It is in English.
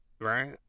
Right